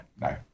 no